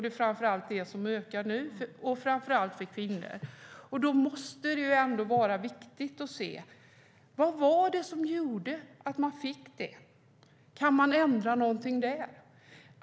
Det är framför allt de som ökar nu och framför allt bland kvinnor. Då måste det vara viktigt att se: Vad var det som gjorde att de blev sjuka? Kan man ändra någonting där?